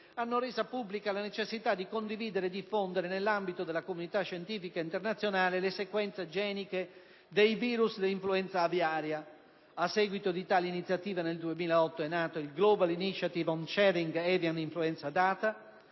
hanno resa pubblica la necessità di condividere e diffondere, nell'ambito della comunità scientifica internazionale, le sequenze geniche dei virus dell'influenza aviaria. A seguito di tale iniziativa nel 2008 è nato il «*Global Initiative on Sharing Avian Influenza Data*»